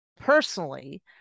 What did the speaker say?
personally